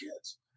kids